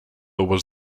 was